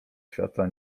świata